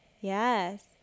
Yes